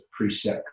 preset